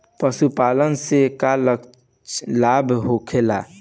पशुपालन से का लाभ होखेला?